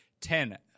ten